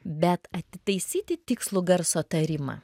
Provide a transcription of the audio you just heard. bet atitaisyti tikslų garso tarimą